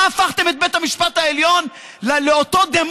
השר לביטחון הפנים גלעד ארדן: תראי, את לא מסוגלת.